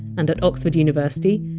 and at oxford university,